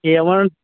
ఏమోనండి